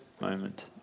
moment